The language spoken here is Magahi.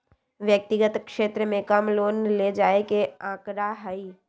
व्यक्तिगत क्षेत्र में कम लोन ले जाये के आंकडा हई